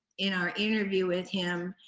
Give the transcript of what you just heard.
in our interview with him,